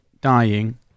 dying